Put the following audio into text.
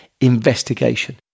investigation